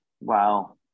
Wow